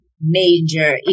major